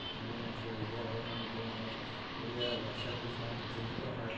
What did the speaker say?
ତେଣୁକରି ମୁଁ ସେହି ଓଡ଼ିଆ ଭାଇମାନେ ଯେଉଁମାନେ ଓଡ଼ିଆ ଭାଷାକୁ ସେମାନେ ଚିହ୍ନି ପାରୁନାହାନ୍ତି